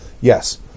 Yes